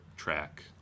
track